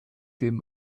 dem